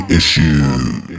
issues